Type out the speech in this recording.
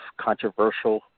controversial